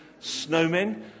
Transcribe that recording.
snowmen